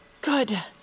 Good